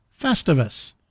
Festivus